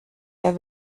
der